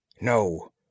No